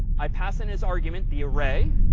i pass in his argument, the array,